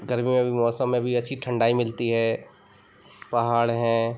गर्मियों भी मौसम में भी अच्छी ठंडाई मिलती है पहाड़ हैं